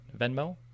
Venmo